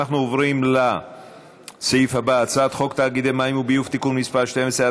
אנחנו עוברים לסעיף הבא: הצעת חוק תאגידי מים וביוב (תיקון מס' 12),